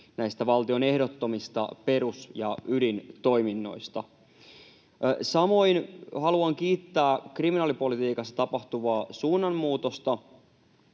näistä valtion ehdottomista perus- ja ydintoiminnoista. Samoin haluan kiittää kriminaalipolitiikassa tapahtuvaa suunnanmuutosta,